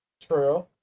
true